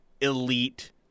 elite